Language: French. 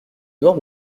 noir